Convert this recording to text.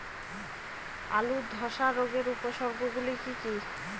আলুর ধ্বসা রোগের উপসর্গগুলি কি কি?